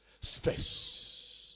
Space